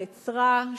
נעצרה,